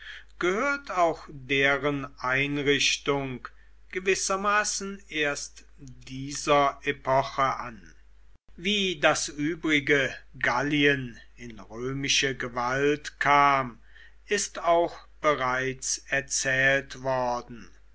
gehört auch deren einrichtung gewissermaßen erst dieser epoche an wie das übrige gallien in römische gewalt kam ist auch bereits erzählt worden